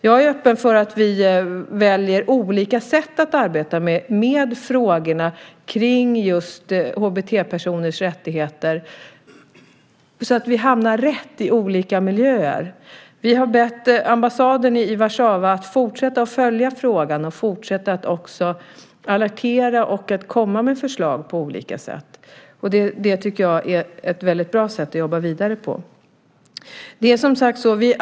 Jag är öppen för att vi väljer olika sätt att arbeta med frågorna kring HBT-personers rättigheter så att vi hamnar rätt i olika miljöer. Vi har bett ambassaden i Warszawa att fortsätta följa frågan och också att fortsätta alertera och komma med förslag på olika sätt. Det tycker jag är ett väldigt bra sätt att jobba vidare på.